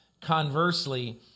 conversely